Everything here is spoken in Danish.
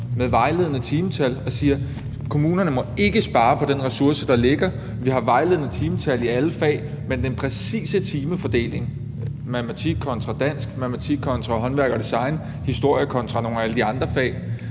med vejledende timetal, og hvor man siger, at kommunerne ikke må spare på den ressource, der ligger, at der er vejledende timetal i alle fag, men at den præcise timefordeling, matematik kontra dansk, matematik kontra håndværk og design, historie kontra nogle af alle de andre fag,